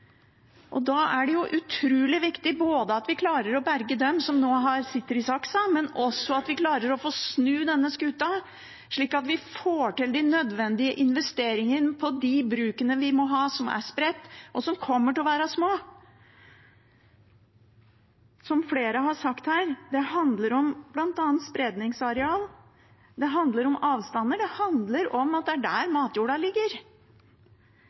Da er det jo utrolig viktig både at vi klarer å berge dem som nå sitter i saksa, og at vi klarer å få snudd denne skuta slik at vi får til de nødvendige investeringene på de brukene vi må ha som er spredt, og som kommer til å være små. Som flere her har sagt, handler det bl.a. om spredeareal, det handler om avstander, det handler om at det er der matjorda ligger.